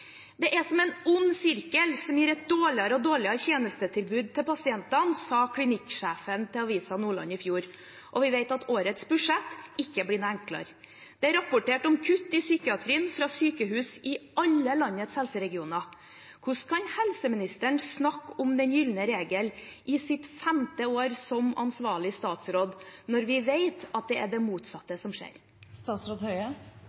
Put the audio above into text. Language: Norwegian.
ond sirkel som gir et dårligere og dårligere tjenestetilbud til pasientene», sa klinikksjefen til Avisa Nordland i 2016. Og vi vet at årets budsjett ikke blir noe enklere. Det er rapportert om kutt i psykiatrien fra sykehus i alle landets helseregioner. Hvordan kan helseministeren snakke om «den gylne regel» i sitt femte år som ansvarlig statsråd når vi vet at det er det